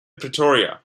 pretoria